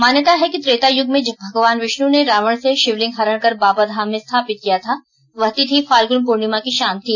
मान्यता है कि त्रेता यूग में जब भगवान विष्णू ने रावण से शिवलिंग हरण कर बाबा धाम में स्थापित किया था वह तिथि फाल्गुन पूर्णिमा की शाम थी